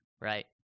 Right